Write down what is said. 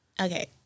Okay